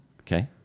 Okay